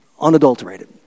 unadulterated